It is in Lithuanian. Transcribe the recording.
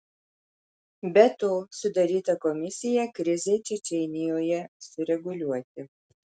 be to sudaryta komisija krizei čečėnijoje sureguliuoti